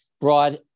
broad